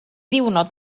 ddiwrnod